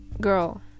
girl